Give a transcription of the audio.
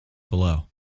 below